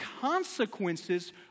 consequences